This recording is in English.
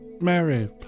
Mary